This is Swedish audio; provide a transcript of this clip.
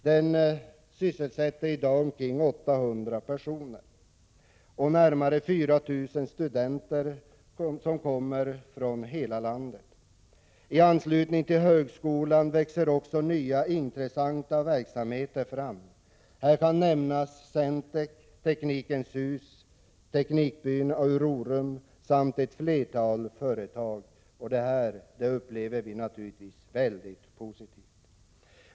Den sysselsätter i dag omkring 800 personer, och närmare 4 000 studenter kommer från hela landet. I anslutning till högskolan växer också nya, intressanta verksamheter fram. Här kan nämnas Centek, Teknikens hus, teknikbyn Aurorum samt ett flertal företag. Detta upplever vi naturligtvis mycket positivt.